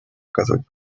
оказывать